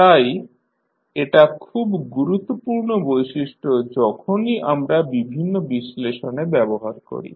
তাই এটা খুব গুরুত্বপূর্ণ বৈশিষ্ট্য যখনই আমরা বিভিন্ন বিশ্লেষণে ব্যবহার করি